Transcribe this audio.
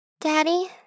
Daddy